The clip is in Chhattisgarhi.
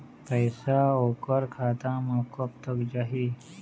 पैसा ओकर खाता म कब तक जाही?